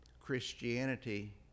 Christianity